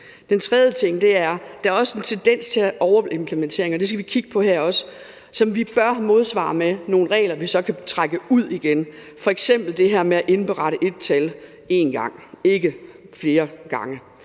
Den tredje ting er, at der også er en tendens til overimplementering – og det skal vi også kigge på her – som vi bør modsvare med nogle regler, som vi så kan trække ud igen, f.eks. det her med at indberette ét tal én gang, ikke flere gange.